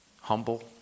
humble